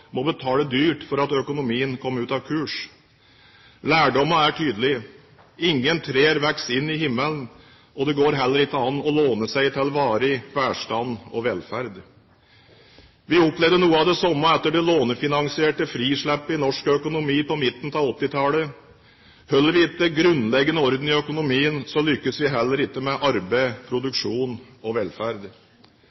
må betale dyrt for at økonomien kom ut av kurs. Lærdommen er tydelig. Ingen trær vokser inn i himmelen, og det går heller ikke an å låne seg til varig velstand og velferd. Vi opplevde noe av det samme etter det lånefinansierte frislippet i norsk økonomi på midten av 1980-tallet. Holder vi ikke grunnleggende orden i økonomien, lykkes vi heller ikke med arbeid,